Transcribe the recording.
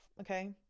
Okay